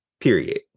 period